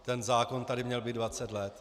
Ten zákon tady měl být dvacet let.